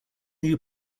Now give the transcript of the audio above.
new